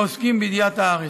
העוסקים בידיעת הארץ.